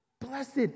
Blessed